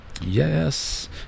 Yes